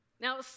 Now